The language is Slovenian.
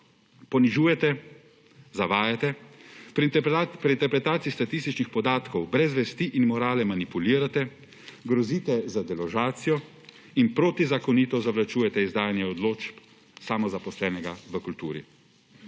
ponižujete, zavajate pri interpretaciji statističnih podatkov, brez vesti in morale manipulirate, grozite z deložacijo in protizakonito zavlačujete izdajanje odločbe samozaposlenega v kulturi.